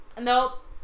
Nope